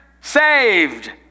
saved